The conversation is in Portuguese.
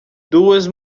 duas